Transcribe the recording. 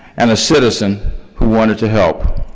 and a citizen who wanted to help.